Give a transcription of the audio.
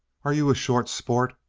are you a short sport?